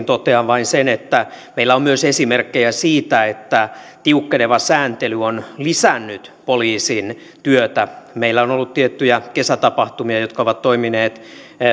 totean vain sen että meillä on myös esimerkkejä siitä että tiukkeneva sääntely on lisännyt poliisin työtä meillä on ollut tiettyjä kesätapahtumia jotka ovat toimineet